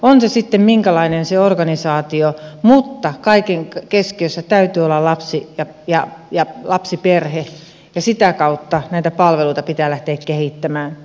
on sitten minkälainen se organisaatio kaiken keskiössä täytyy olla lapsi ja lapsiperhe ja sitä kautta näitä palveluita pitää lähteä kehittämään